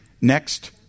next